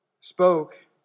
spoke